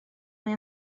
mae